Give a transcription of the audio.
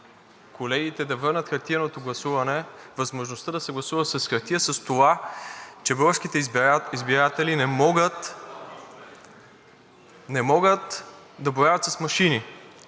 колегите да върнат хартиеното гласуване, възможността да се гласува с хартия, с това, че българските избиратели не могат да боравят с машини.